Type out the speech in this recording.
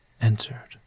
entered